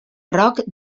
roc